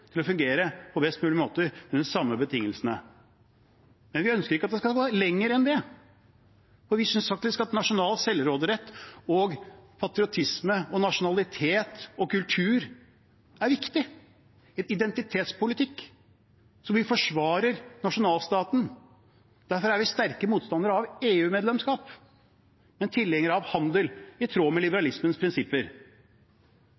til å fungere på best mulig måte under de samme betingelsene. Men vi ønsker ikke at den skal gå lenger enn det, for vi synes at nasjonal selvråderett, patriotisme, nasjonalitet og kultur er viktig. Det er identitetspolitikk. Vi forsvarer nasjonalstaten. Derfor er vi sterkt motstandere av EU-medlemskap, men tilhengere av handel, i tråd med